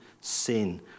sin